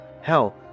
hell